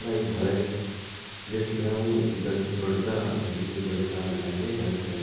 पढ़ाई दे बारे च जिसलै आऊं दसमी पढ़दा मतलब कि बड़े साल पैह्ले गल्ल ऐ